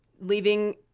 leaving